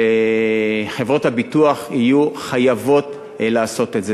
וחברות הביטוח יהיו חייבות לעשות את זה.